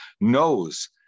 knows